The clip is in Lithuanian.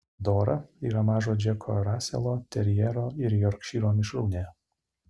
dora yra maža džeko raselo terjero ir jorkšyro mišrūnė